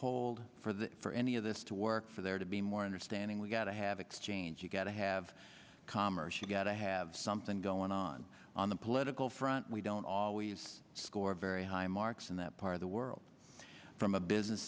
hold for the for any of us to work for there to be more understanding we've got have exchange you've got to have commerce you've got to have something going on on the political front we don't always score very high marks in that part of the world from a business